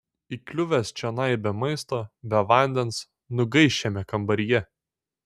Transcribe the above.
įkliuvęs čionai be maisto be vandens nugaiš šiame kambaryje